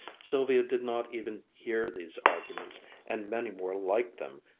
sylvia did not even hear these arguments and many more like them,